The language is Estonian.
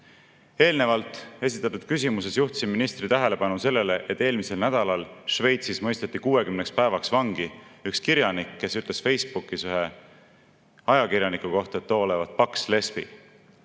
mitte? Eelnevalt esitatud küsimuses juhtisin ministri tähelepanu sellele, et eelmisel nädalal Šveitsis mõisteti 60 päevaks vangi üks kirjanik, kes ütles Facebookis ühe ajakirjaniku kohta, et too olevat paks lesbi.